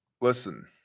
Listen